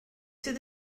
sydd